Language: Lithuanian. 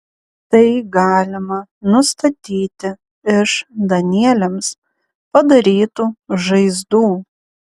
tai galima nustatyti iš danieliams padarytų žaizdų